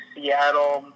Seattle